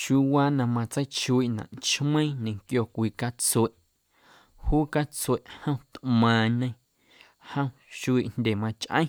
Chiuuwaa na matseichuiiꞌnaꞌ chmeiiⁿ ñequio cwii catsueꞌ, juu catsueꞌ jom tꞌmaaⁿñe jom xuiiꞌ jndye machꞌeⁿ